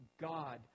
God